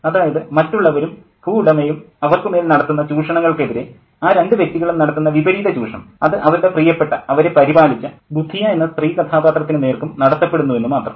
അതായത് മറ്റുള്ളവരും ഭൂവുടമയും അവർക്കു മേൽ നടത്തുന്ന ചൂഷണങ്ങൾക്കെതിരേ ആ രണ്ടു വ്യക്തികളും നടത്തുന്ന വിപരീത ചൂഷണം അത് അവരുടെ പ്രിയപ്പെട്ട അവരെ പരിപാലിച്ച ബുധിയ എന്ന സ്ത്രീ കഥാപാത്രത്തിനു നേർക്കും നടത്തപ്പെടുന്നു എന്നു മാത്രം